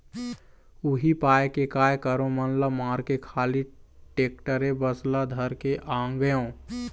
उही पाय के काय करँव मन ल मारके खाली टेक्टरे बस ल धर के आगेंव